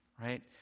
right